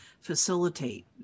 facilitate